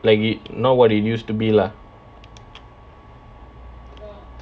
like it not what it used to be lah